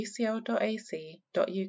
ucl.ac.uk